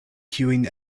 kiujn